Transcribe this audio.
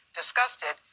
disgusted